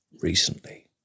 recently